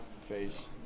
face